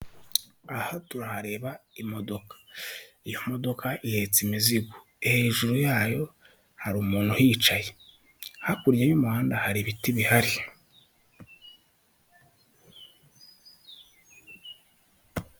Aha turahareba imodoka, iyo modoka ihetse imizigo hejuru yayo hari umuntu uhicaye, hakurya y'umuhanda hari ibiti bihari.